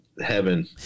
heaven